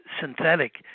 synthetic